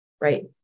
right